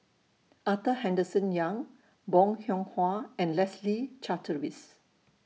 Arthur Henderson Young Bong Hiong Hwa and Leslie Charteris